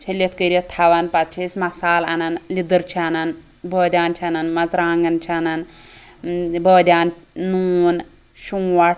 چھٔلِتھ کٔرِتھ تھاوان پَتہٕ چھِ أسۍ مَصالہ اَنان لِدٕر چھِ اَنان بٲدیان چھِ اَنان مَرژٕوانٛگن چھِ اَنان بٲدیان نوٗن شونٛٹھ